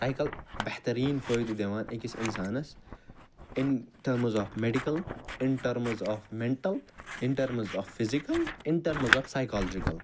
cycle بہتریٖن فٲیدٕ دِوان أکِس اِنسانَس in terms of medical in terms of mental in terms of physical in terms of psychological